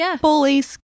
bullies